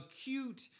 acute